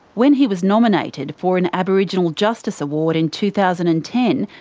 when he was nominated for an aboriginal justice award in two thousand and ten,